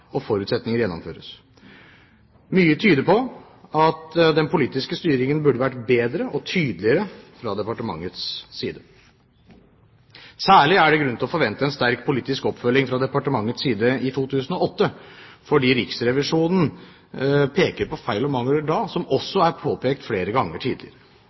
og forutsetninger gjennomføres. Mye tyder på at den politiske styringen burde vært bedre og tydeligere fra departementets side. Særlig var det grunn til å forvente en sterk politisk oppfølging fra departementets side i 2008, fordi Riksrevisjonen peker på feil og mangler da som også er påpekt flere ganger tidligere.